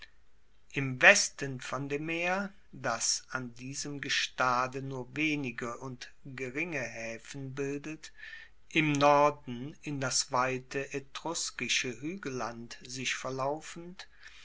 im westen von dem meer das an diesem gestade nur wenige und geringe haefen bildet im norden in das weite etruskische huegelland sich verlaufend